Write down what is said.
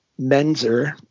Menzer